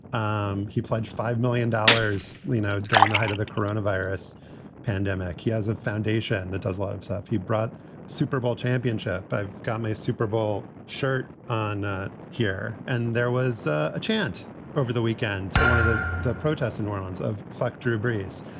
um he pledged five million dollars, you know, during the height of the coronavirus pandemic. he has a foundation that does a lot of stuff. he brought super bowl championship. i've got my super bowl shirt on here. and there was a chant over the weekend. one of the the protests in orleans of fuck drew brees.